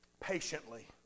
patiently